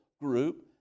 group